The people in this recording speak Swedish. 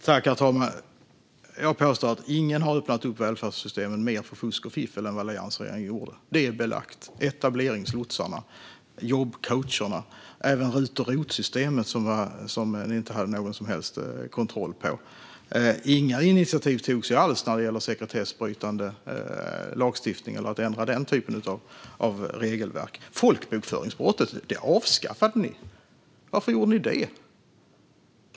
Herr talman! Jag påstår att ingen har öppnat välfärdssystemen mer för fusk och fiffel än vad alliansregeringen gjorde - det är belagt - med etableringslotsarna, jobbcoacherna, RUT och ROT-systemet som ni inte hade någon som helst kontroll på. Inga initiativ togs alls när det gäller sekretessbrytande lagstiftning eller att ändra den typen av regelverk. Folkbokföringsbrottet avskaffade ni. Varför gjorde ni det?